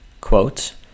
quote